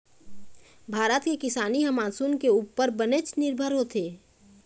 भारत के किसानी ह मानसून के उप्पर बनेच निरभर होथे